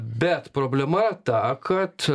bet problema ta kad